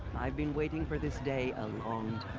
i've been waiting for this day a long and